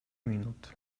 minut